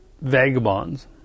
vagabonds